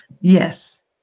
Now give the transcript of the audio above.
yes